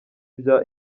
bya